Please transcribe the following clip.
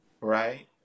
Right